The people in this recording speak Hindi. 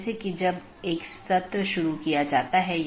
यह महत्वपूर्ण है